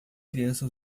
criança